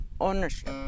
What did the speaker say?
ownership